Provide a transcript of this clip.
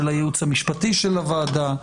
של הייעוץ המשפטי של הוועדה,